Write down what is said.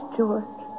George